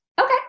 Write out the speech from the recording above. Okay